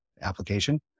application